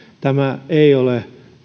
tämä ei ole